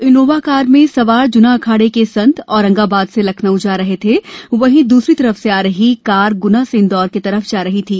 Innova car में सवार जुना अखाडे के संत ओरंगाबाद से लखनऊ जा रहे थे वहीं दूसरी तरफ से आ रही कार गुना से इंदौर की तरफ जा रही थी